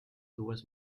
dues